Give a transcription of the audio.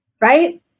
Right